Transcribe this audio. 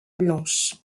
blanches